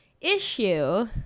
issue